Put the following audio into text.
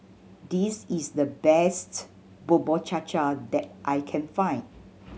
this is the best Bubur Cha Cha that I can find